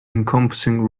encompassing